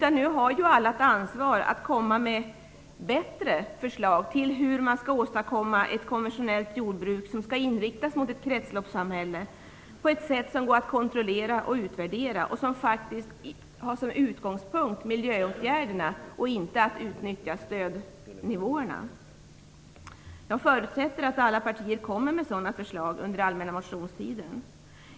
Alla har ett ansvar att lägga fram bättre förslag till hur ett konventionellt jordbruk skall inriktas mot ett kretsloppssamhälle på ett sätt som går att kontrollera och utvärdera och har miljöåtgärderna som utgångspunkt, inte att utnyttja stödnivåerna. Jag förutsätter att alla partier lägger fram sådana förslag under allmänna motionstiden.